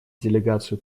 делегацию